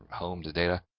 home to data,